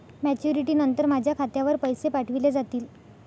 Maturity नंतर माझ्या खात्यावर पैसे पाठविले जातील?